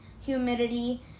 humidity